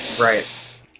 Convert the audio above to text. Right